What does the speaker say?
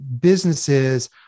businesses